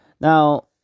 Now